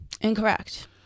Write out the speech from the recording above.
Incorrect